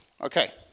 Okay